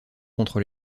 contre